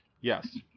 Yes